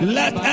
let